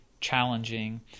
challenging